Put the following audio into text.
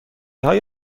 های